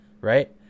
right